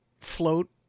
float